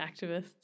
activists